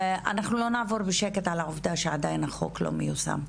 אנחנו לא נעבור בשקט על העובדה שהחוק עדיין לא מיושם.